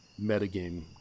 metagame